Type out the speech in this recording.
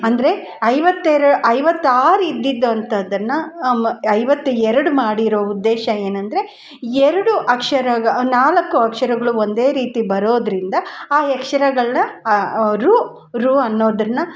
ಅಂದರೆ ಐವತ್ತೆರ ಐವತ್ತಾರು ಇದ್ದಿದಂತದ್ದನ್ನು ಅಮ್ಮ್ ಐವತ್ತ ಎರಡು ಮಾಡಿರೊ ಉದ್ದೇಶ ಏನಂದರೆ ಎರಡು ಅಕ್ಷರಗ ನಾಲ್ಕು ಅಕ್ಷರಗಳು ಒಂದೇ ರೀತಿ ಬರೋದರಿಂದ ಆ ಅಕ್ಷರಗಳ್ನ ಅವರು ಋ ಅನ್ನೋದನ್ನು